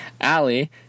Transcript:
Allie